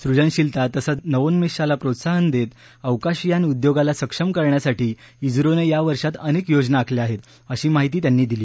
सृजनशीलता तसंच नवोन्मेषाला प्रोत्साहन देत अवकाशयान उद्योगाला सक्षम करण्यासाठी स्रोनं या वर्षात अनेक योजना आखल्या आहेत अशी माहिती त्यांनी दिली